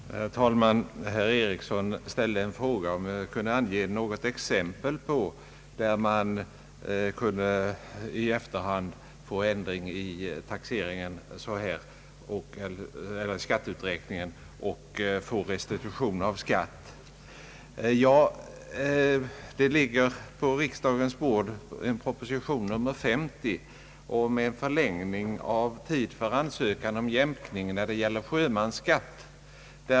Herr talman! Herr Ericsson frågade om jag kunde ge något exempel på att man i efterhand kunde få ändring i taxeringen och få restitution av skatt på detta sätt. Ja, det ligger på riksdagens bord en proposition nr 50 om förlängning av tid för ansökan om jämkning när det gäller sjömansskatt.